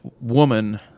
woman